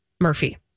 Murphy